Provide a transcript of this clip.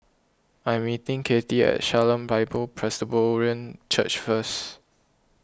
I am meeting Cathey at Shalom Bible Presbyterian Church first